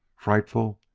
frightful,